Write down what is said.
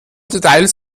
details